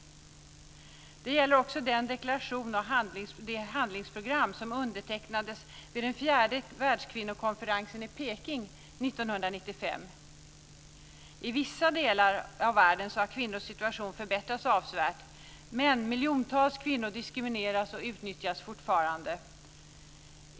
Det gäller också den deklaration och det handlingsprogram som undertecknades vid den fjärde världskvinnokonferensen i Beijing 1995. I vissa delar av världen har kvinnornas situation förbättrats avsevärt, men miljontals kvinnor diskrimineras och utnyttjas fortfarande.